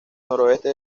noroeste